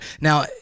Now